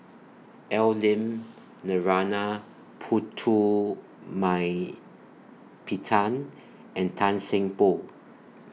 Al Lim Narana Putumaippittan and Tan Seng Poh